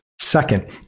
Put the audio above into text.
Second